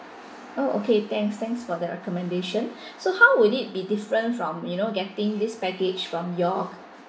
oh okay thanks thanks for the recommendation so how would it be different from you know getting this package from your